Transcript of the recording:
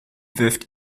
wirft